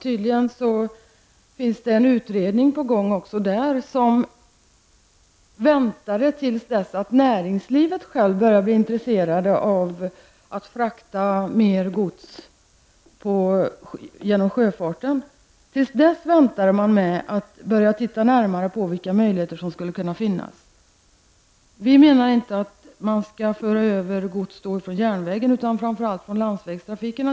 Tydligen finns det också en utredning på gång, men där har man väntat tills näringslivet började bli intresserat av att frakta mer gods genom sjöfarten med att studera vilka möjligheter som skulle kunna finnas. Vi menar inte att man skall föra över gods från järnvägen utan framför allt från landsvägen.